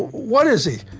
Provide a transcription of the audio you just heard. what is he?